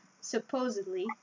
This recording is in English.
supposedly